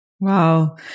Wow